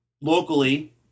locally